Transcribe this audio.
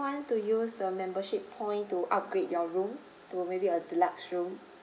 to use the membership point to upgrade your room to maybe a deluxe room